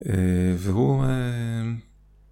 אה... והוא אה...